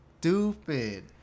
stupid